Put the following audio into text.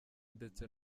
ndetse